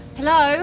Hello